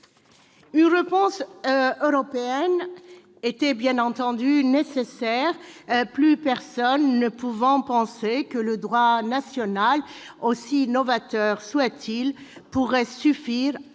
Une réponse européenne était bien entendu nécessaire, plus personne ne pouvant penser que le droit national, aussi novateur soit-il, pourrait suffire à